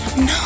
No